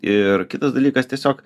ir kitas dalykas tiesiog